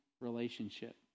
relationship